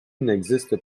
n’existe